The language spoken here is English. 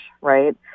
right